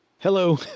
Hello